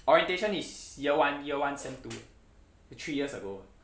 orientation is year one year one sem two three years ago